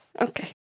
Okay